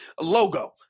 logo